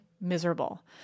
miserable